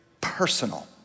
personal